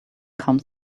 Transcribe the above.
come